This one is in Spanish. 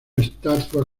estatua